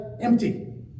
empty